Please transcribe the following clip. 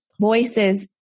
voices